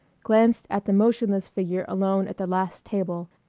glanced at the motionless figure alone at the last table,